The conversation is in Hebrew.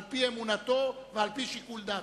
על-פי אמונתו ועל-פי שיקול דעתו.